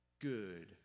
Good